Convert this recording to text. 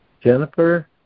Jennifer